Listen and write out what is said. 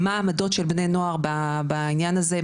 מה העמדות של בני נוער בעניין הזה,